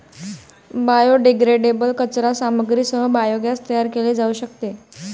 biodegradable कचरा सामग्रीसह biogas तयार केले जाऊ शकते